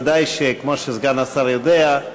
כמו שסגן השר יודע,